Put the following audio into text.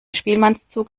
spielmannszug